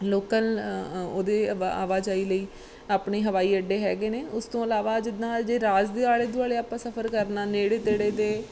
local ਉਹਦੇ ਆਵਾਜਾਈ ਲਈ ਆਪਣੇ ਹਵਾਈ ਅੱਡੇ ਹੈਗੇ ਨੇ ਉਸ ਤੋਂ ਇਲਾਵਾ ਜਿੱਦਾਂ ਜੇ ਰਾਜ ਦੇ ਆਲੇ ਦੁਆਲੇ ਆਪਾਂ ਸਫਰ ਕਰਨਾ ਨੇੜੇ ਤੇੜੇ ਦੇ